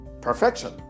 perfection